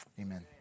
Amen